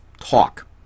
Talk